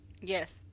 Yes